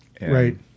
Right